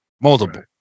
multiple